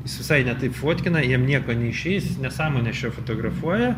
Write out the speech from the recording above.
jis visai ne taip fotkina jam nieko neišeis nesąmones čia fotografuoja